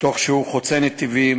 תוך שהוא חוצה נתיבים,